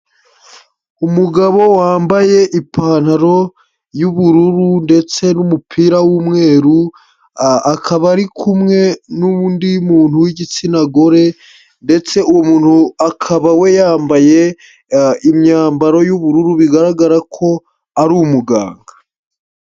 Umugabo wambaye ipantaro y'ubururu ndetse n'umupira w'umweru, akaba ari kumwe n'undi muntu w'igitsina gore ndetse uwo muntu akaba we yambaye imyambaro y'ubururu bigaragara ko ari umuganga.